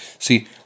See